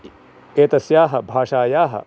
एतस्याः भाषायाः